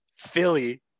Philly